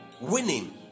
winning